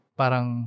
parang